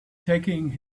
taking